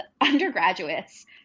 undergraduates